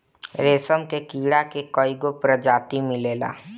रेशम के कीड़ा के कईगो प्रजाति मिलेला